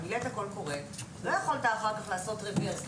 מליאת קול קורא ולא יכולת אחר כך לעשות רוורס,